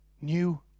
new